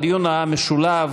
הדיון משולב